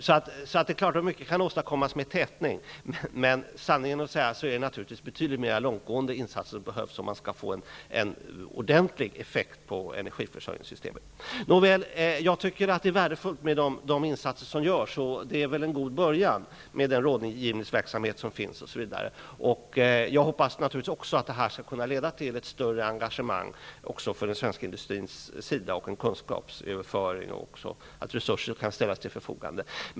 Det är klart att mycket kan åstadkommas med tätning, men sanningen att säga är det naturligtvis betydligt mer långtgående insatser som behövs om man skall få en ordentlig effekt på energiförsörjningssystemet. Jag tycker att de insatser som görs är värdefulla, och den rådgivningsverksamhet som finns utgör väl en god början. Jag hoppas naturligtvis att detta skall kunna leda till ett större engagemang också för den svenska industrins del, att det kan leda till en kunskapsöverföring och till att resurser kan ställas till förfogande.